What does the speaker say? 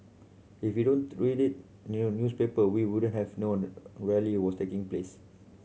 if we don't read it in a newspaper we wouldn't have known a rally was taking place